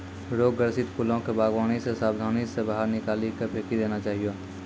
रोग ग्रसित फूलो के वागवानी से साबधानी से बाहर निकाली के फेकी देना चाहियो